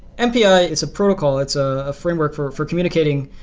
mpi is a protocol. it's a a framework for for communicating,